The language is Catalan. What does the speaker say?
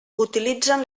utilitzen